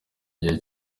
igihe